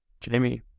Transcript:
Jamie